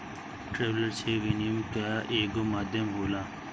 traveller cheque विनिमय कअ एगो माध्यम होला